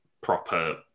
proper